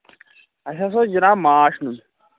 اَسہِ ہسا اوس جِناب ماچھ نیُن